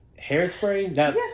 Hairspray